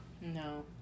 No